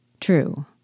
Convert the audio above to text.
True